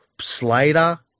Slater